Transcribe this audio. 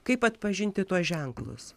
kaip atpažinti tuos ženklus